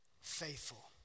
Faithful